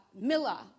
Miller